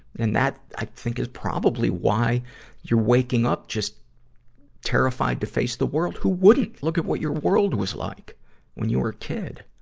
and that, i think, is probably why you're waking up just terrified to face the world. who wouldn't? look at what your world was like when you were a kid.